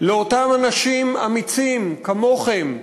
לאותם אנשים אמיצים, כמוכם,